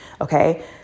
okay